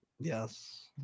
yes